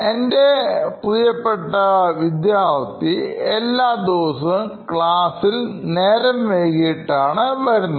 എൻറെ പ്രിയപ്പെട്ട വിദ്യാർത്ഥി എല്ലാദിവസവും ക്ലാസ്സിൽ നേരം വൈകീട്ടാണ് വരുന്നത്